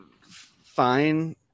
fine